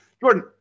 Jordan